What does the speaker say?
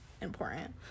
important